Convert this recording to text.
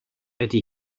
ydy